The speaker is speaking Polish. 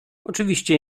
oczywiście